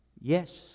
Yes